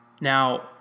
Now